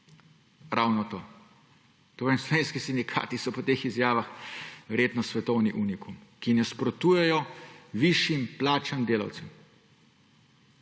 ravno to. Torej, slovenski sindikati so po teh izjavah verjetno svetovni unikum, nasprotujejo višjim plačam delavcev.